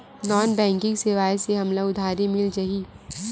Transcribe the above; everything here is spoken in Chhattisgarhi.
नॉन बैंकिंग सेवाएं से हमला उधारी मिल जाहि?